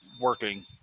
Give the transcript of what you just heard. working